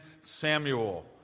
Samuel